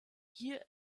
hier